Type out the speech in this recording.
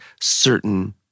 certain